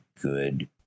good